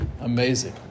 amazing